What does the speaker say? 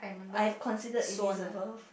I've considered Elizabeth